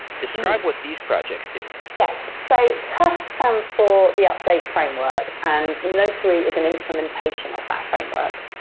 describe what these projects do. yes. so tuf stands for the update framework, and notary is an implementation of that framework.